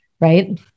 right